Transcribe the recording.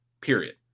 period